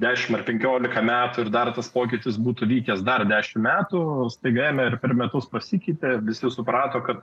dešimt ar penkiolika metų ir dar tas pokytis būtų likęs dar dešimt metų o staigiam ir per metus pasikeitė visi suprato kad